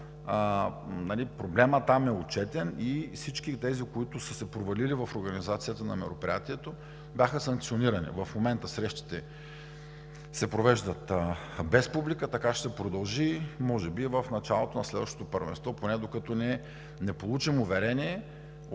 проблемът там е отчетен и всички тези, които са се провалили в организацията на мероприятието, бяха санкционирани. В момента срещите се провеждат без публика. Така ще продължи може би и в началото на следващото първенство, поне докато не получим уверение от